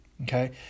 Okay